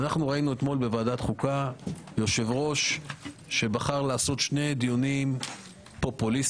ראינו אתמול בוועדת חוקה יושב-ראש שבחר לעשות שני דיונים פופוליסטיים,